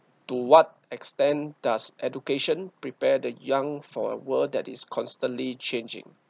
to what extent does education prepare the young for a world that is constantly changing